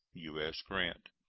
u s. grant.